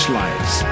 lives